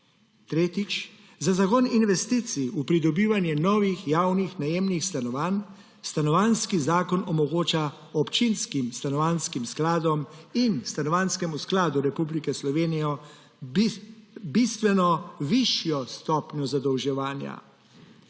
Tretjič. Za zagon investicij v pridobivanje novih javnih najemnih stanovanj Stanovanjski zakon omogoča občinskim stanovanjskim skladom in Stanovanjskemu skladu Republike Slovenije bistveno višjo stopnjo zadolževanja.